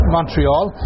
Montreal